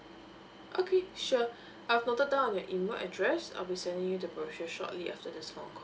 okay sure I've noted down on your email address I will send you the brochure shortly after this phone call